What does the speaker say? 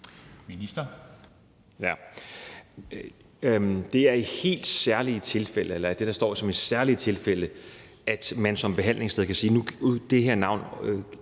beskrives som særlige tilfælde – at man som behandlingssted kan sige: Der her navn